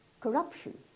corruption